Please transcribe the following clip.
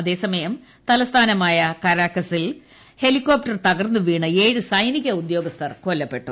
അതേസമയം അതലസ്ഥാനമായ കരാകസിൽ ഹെലികോപ്റ്റർ തകർന്നുവീണ് ഏഴ് സൈനിക ഉദ്യോഗസ്ഥർ കൊല്ലപ്പെട്ടു